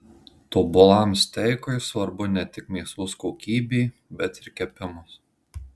tobulam steikui svarbu ne tik mėsos kokybė bet ir kepimas